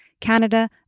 Canada